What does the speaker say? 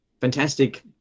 fantastic